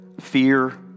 fear